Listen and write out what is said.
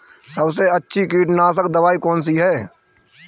सबसे अच्छी कीटनाशक दवाई कौन सी है?